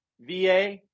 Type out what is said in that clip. VA